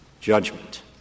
judgment